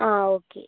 ആ ഓക്കെ